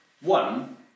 One